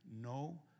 no